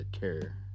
care